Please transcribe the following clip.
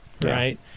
Right